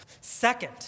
Second